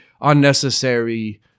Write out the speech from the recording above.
unnecessary